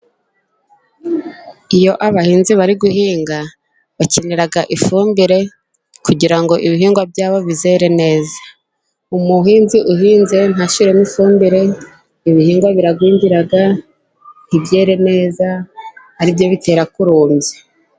Iyo abahinzi bari guhinga bakenera ifumbire kugira ngo ibihingwa byabo bizere neza, umuhinzi uhinze ntashyiremo ifumbire ibihingwa birangwira ntibyere neza ari byo bitera kurumbya.